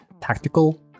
tactical